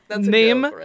name